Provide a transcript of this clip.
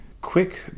quick